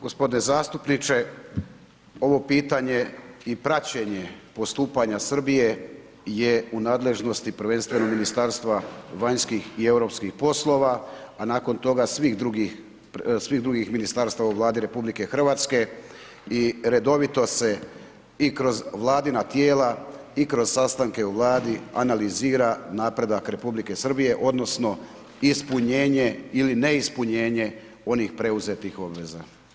Gospodine zastupniče, ovo pitanje i praćenje postupanja Srbije je u nadležnosti, prvenstveno Ministarstva vanjskih i europskih poslova, a nakon toga svih drugih ministarstava Vlade RH i redovito se i kroz vladina tijela i kroz sastanke u Vladi, analizira napredak Republike Srbije, odnosno, ispunjenje ili neispunjenje onih preuzetih obveza.